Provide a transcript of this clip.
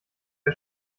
der